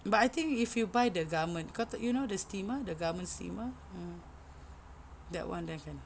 but I think if you buy the garment kau tahu you know the steamer the garment steamer that one left hand